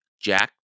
Jack